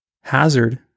hazard